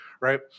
right